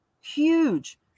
huge